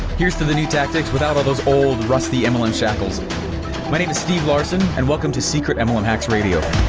here's to the new tactics without all those old, rusty mlm and shackles. my name is steve larsen, and welcome to secret and mlm hacks radio.